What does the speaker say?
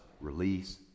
release